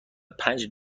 پنج